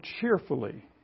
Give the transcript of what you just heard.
cheerfully